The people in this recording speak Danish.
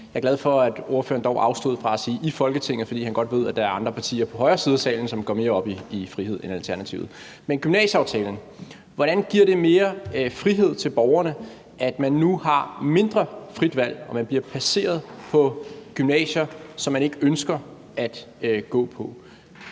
jeg er glad for, at ordføreren dog afstod fra at sige: i Folketinget. For han ved godt, at der er andre partier i højre side af salen, som går mere op i frihed end Alternativet. Men hvad angår gymnasieaftalen, hvordan giver det så mere frihed til borgerne, at man nu har mindre frit valg, og at man bliver placeret på gymnasier, som man ikke ønsker at gå på?